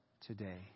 today